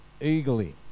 eagerly